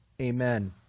Amen